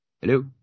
Hello